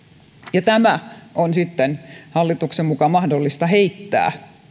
ja tämä on sitten hallituksen mukaan mahdollista